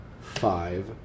five